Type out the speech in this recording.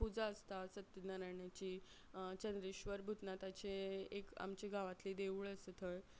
पुजा आसता सत्यनारायणाची चंद्रेश्वर भुतनाथाचें एक आमचें गांवांतलें देवूळ आसा थंय